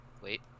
Wait